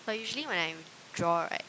but usually when I draw right